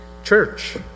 church